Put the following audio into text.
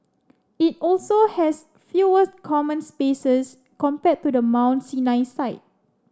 it also has fewer common spaces compared to the Mount Sinai site